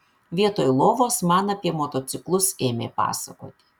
vietoj lovos man apie motociklus ėmė pasakot